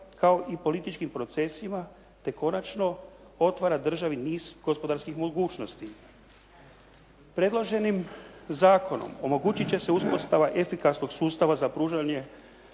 kao i političkim procesima te konačno otvara državi niz gospodarskih mogućnosti. Predloženim zakonom omogućit će se uspostava efikasnog sustava za pružanje